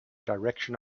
direction